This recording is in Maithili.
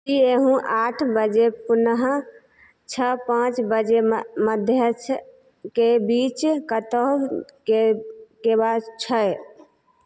की एहू आठ बजे पुनः छओ पाॅंच बजेमे मध्य छओके बीच कतहु जेबाक छै